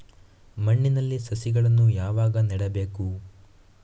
ಮಣ್ಣಿನಲ್ಲಿ ಸಸಿಗಳನ್ನು ಯಾವಾಗ ನೆಡಬೇಕು?